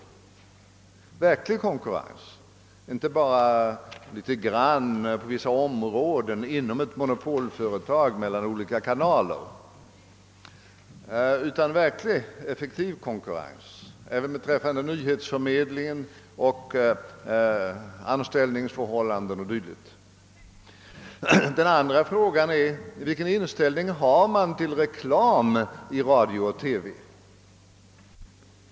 Jag menar då verklig konkurrens och inte bara litet grand på vissa områden mellan olika kanaler inom ett monopolföretag, alltså en verkligt effektiv konkurrens även beträffande nyhetsfördylikt. Den andra frågan är: Vilken medling, anställningsförhållanden och inställning har partierna till reklam i radio och TV?